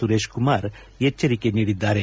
ಸುರೇಶ್ ಕುಮಾರ್ ಎಜ್ವರಿಕೆ ನೀಡಿದ್ದಾರೆ